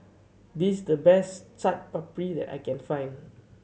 this the best Chaat Papri that I can find